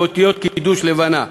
באותיות של קידוש לבנה: